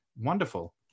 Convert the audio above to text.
Wonderful